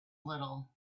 little